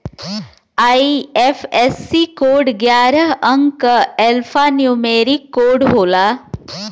IFSC code ग्यारह अंक क एल्फान्यूमेरिक कोड होला